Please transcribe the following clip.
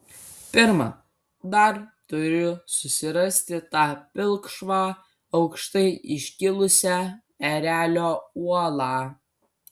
pirma dar turiu susirasti tą pilkšvą aukštai iškilusią erelio uolą